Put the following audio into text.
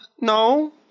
no